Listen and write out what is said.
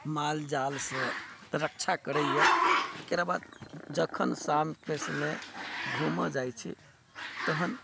मालजालसँ रक्षा करैया एकरा बाद जखन शामके समय घूमऽ जाइत छी तहन